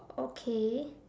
okay